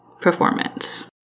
performance